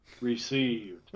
received